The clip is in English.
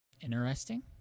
Interesting